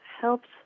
helps